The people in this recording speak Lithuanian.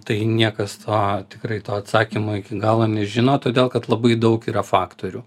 tai niekas to tikrai to atsakymo iki galo nežino todėl kad labai daug yra faktorių